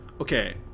Okay